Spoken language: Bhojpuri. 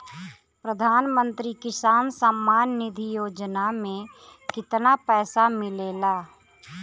प्रधान मंत्री किसान सम्मान निधि योजना में कितना पैसा मिलेला?